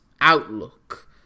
outlook